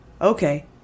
okay